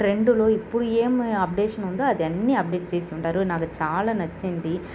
ట్రెండులో ఇప్పుడు ఏమి అప్డేషనుందో అది అన్నీ అప్డేట్ చేసి ఉన్నారు నాకు చాలా నచ్చింది